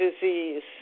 disease